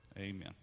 Amen